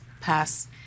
pass